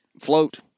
float